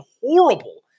horrible